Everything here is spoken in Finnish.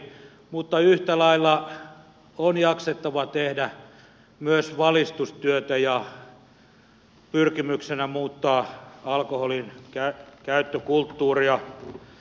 mutta yhtä lailla on jaksettava tehdä myös valistustyötä ja pyrkimyksenä on muuttaa alkoholin käyttökulttuuria